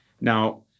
Now